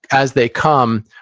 as they come,